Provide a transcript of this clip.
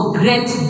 great